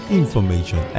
information